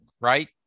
right